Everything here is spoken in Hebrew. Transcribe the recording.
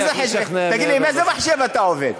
איזה, תגיד לי, עם איזה מחשב אתה עובד?